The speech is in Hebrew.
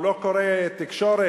הוא לא קורא תקשורת?